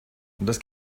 das